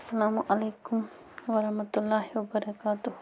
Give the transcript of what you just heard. اَسلامُ علیکُم وَرحمتُہ اللہِ وَبَرکاتہ